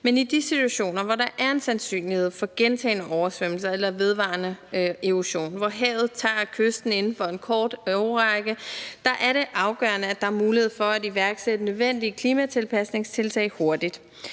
Men i de situationer, hvor der er en sandsynlighed for gentagne oversvømmelser eller vedvarende erosion, og hvor havet tager kysten inden for en kort årrække, er det afgørende, at der er mulighed for at iværksætte nødvendige klimatilpasningstiltag hurtigt.